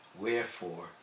wherefore